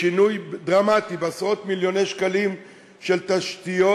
בשינוי דרמטי בעשרות-מיליוני שקלים של תשתיות,